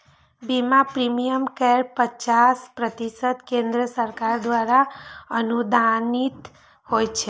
बीमा प्रीमियम केर पचास प्रतिशत केंद्र सरकार द्वारा अनुदानित होइ छै